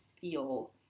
feel